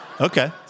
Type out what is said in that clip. okay